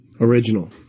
Original